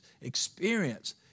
experience